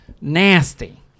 Nasty